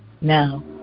now